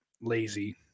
lazy